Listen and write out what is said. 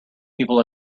people